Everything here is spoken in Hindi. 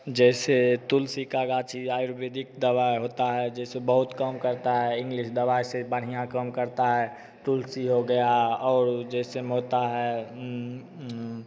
जैसे तुलसी का गाछी आयुर्वेदिक दवा होता है जैसे बहुत कम करता है इंग्लिश दवा से बढिया काम करता है तुलसी हो गया और जैसे में होता है